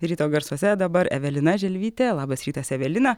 ryto garsuose dabar evelina želvytė labas rytas evelina